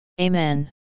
Amen